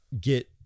get